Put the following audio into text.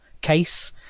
case